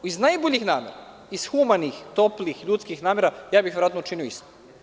Iz najboljih namera, iz humanih, toplih, ljudskih namera, ja bih verovatno učino isto.